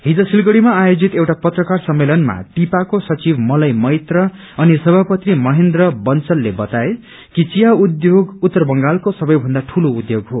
हिज सिलगढ़ीमा आयोजित एउटा पत्रकार सम्मेलनमा टिपको सचिव मलय मैत्र अनि सभापति महेन्द्र बन्सले बताए कि चिया उद्योग उत्तर बंगालको सबै थन्दा ठूलो उद्योग हो